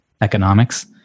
economics